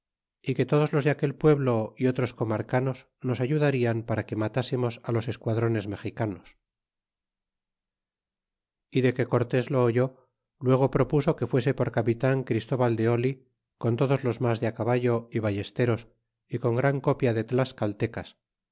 mexicanos que todos los de aquel pueblo y otros comarcanos nos ayudarian para que matásemos á los esquadrones mexicanos y de que cortes lo oyó luego propuso que fuese por ca pitan christobal de oli con todos los mas de caballo y vallesteros y con gran copia de tlascaltecas